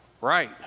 Right